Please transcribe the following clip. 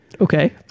okay